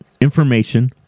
information